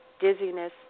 dizziness